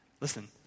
Listen